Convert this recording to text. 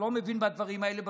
הוא לא מבין בדברים האלה בכלל,